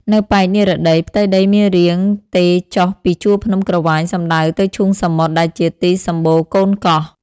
នៅប៉ែកនិរតី ផ្ទៃដីមានរាងទេរចុះពីជួរភ្នំក្រវាញសំដៅទៅឈូងសមុទ្រ ដែលជាទីសម្បូរកូនកោះ។